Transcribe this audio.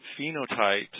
phenotypes